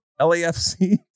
LAFC